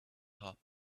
top